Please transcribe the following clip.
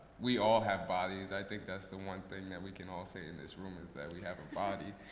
we all have bodies. i think that's the one thing that we can all say in this room, is that we have a body.